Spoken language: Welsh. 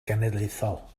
genedlaethol